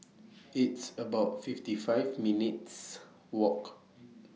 It's about fifty five minutes' Walk to Jalan Ketumbit